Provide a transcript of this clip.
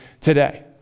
today